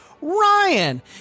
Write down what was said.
Ryan